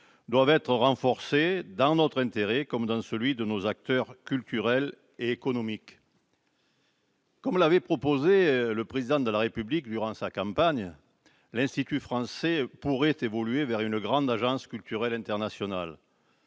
doivent être renforcés, dans notre intérêt comme dans celui de nos acteurs culturels et économiques. Comme l'avait proposé le Président de la République durant sa campagne, l'Institut français pourrait évoluer vers une grande agence culturelle internationale.